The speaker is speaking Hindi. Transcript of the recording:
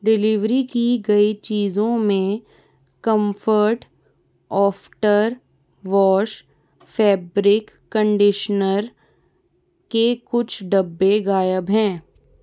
डिलीवरी की गयी चीज़ों में Comfort after wash fabric conditioner के कुछ डब्बे गायब हैं